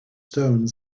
stone